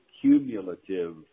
cumulative